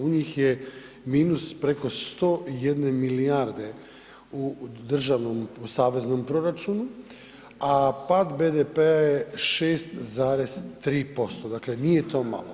U njih je minus preko 101 milijarde u državnom u saveznom proračunu, a pad BDP-a je 6,3%, dakle nije to malo.